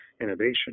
innovation